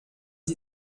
sie